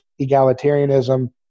egalitarianism